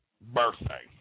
birthday